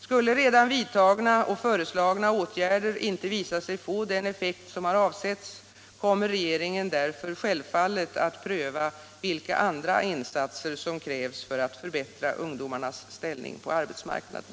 Skulle redan vidtagna och föreslagna åtgärder inte visa sig få den effekt som har avsetts, kommer regeringen därför självfallet att pröva vilka andra kit insatser som krävs för att förbättra ungdomarnas ställning på arbetsmarknaden.